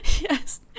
Yes